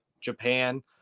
Japan